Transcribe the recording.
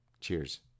Cheers